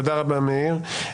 תודה רבה, מאיר.